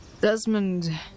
Desmond